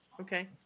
Okay